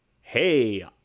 hey